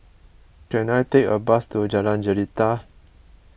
can I take a bus to Jalan Jelita